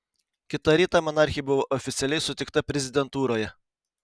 kitą rytą monarchė buvo oficialiai sutikta prezidentūroje